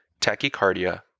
tachycardia